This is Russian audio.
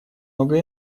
много